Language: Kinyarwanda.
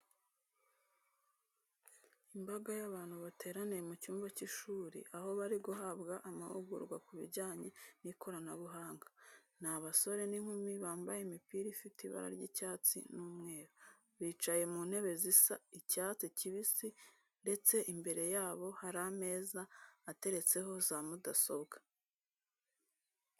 Imbaga y'abantu bateraniye mu cyumba cy'ishuri, aho bari guhabwa amahugurwa ku bijyanye n'ikoranabuhanga. Ni abasore n'inkumi bambaye imipira ifite ibara ry'icyatsi n'umweru. Bicaye mu ntebe zisa icyatsi kibisi ndetse imbere yabo hari ameza ateretseho za mudasobwa.